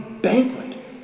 banquet